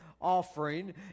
offering